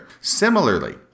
Similarly